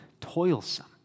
toilsome